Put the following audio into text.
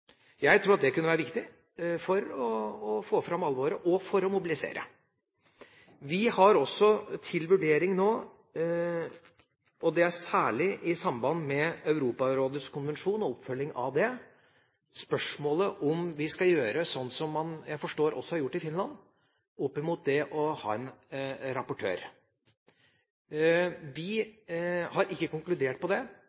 Jeg tror at det kunne være viktig for å få fram alvoret og for å mobilisere. Vi har også til vurdering – særlig i samband med Europarådets konvensjon og oppfølgingen av den – spørsmålet om vi skal ha en rapportør, som jeg forstår man har i Finland. Vi har ikke konkludert i den sammenheng, men vi